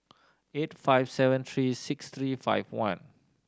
eight five seven three six three five one